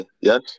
Yes